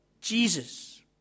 Jesus